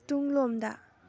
ꯇꯨꯡꯂꯣꯝꯗ